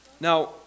Now